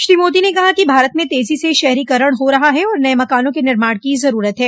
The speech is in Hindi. श्री मोदी ने कहा कि भारत में तेजो से शहरीकरण हो रहा है और नये मकानों के निर्माण की ज़रूरत है